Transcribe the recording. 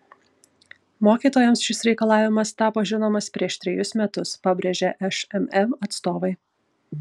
mokytojams šis reikalavimas tapo žinomas prieš trejus metus pabrėžė šmm atstovai